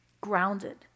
grounded